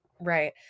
Right